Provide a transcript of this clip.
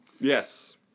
Yes